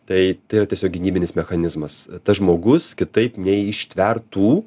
tai tai yra tiesiog gynybinis mechanizmas tas žmogus kitaip neištvertų